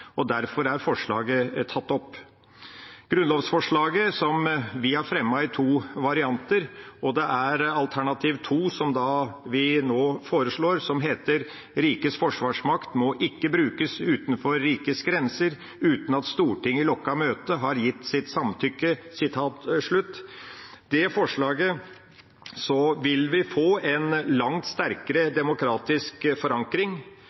og derfor er forslaget tatt opp. Vi har fremmet grunnlovsforslaget i to varianter. Det er alternativ 2 vi nå foreslår, som heter: «Rikets forsvarsmakt må ikke brukes utenfor rikets grenser uten at Stortinget i lukket møte har gitt sitt samtykke.» Med det forslaget vil vi få en langt sterkere demokratisk forankring.